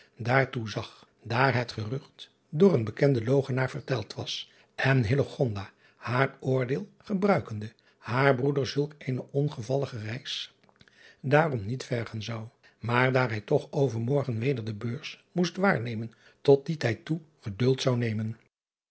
daartoe zag daar het gerucht door een bekenden logenaar verteld was en haar oordeel gebruikende haar broeder zulk eene ongevallige reis daarom niet vergen zou maar daar hij toch overmorgen weder de eurs moest waarnemen tot dien tijd toe geduld zou nemen